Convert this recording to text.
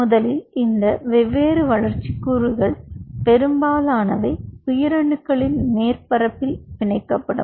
முதலில் இந்த வெவ்வேறு வளர்ச்சி கூறுகள் பெரும்பாலானவை உயிரணுக்களின் மேற்பரப்பில் பிணைக்கப்படும்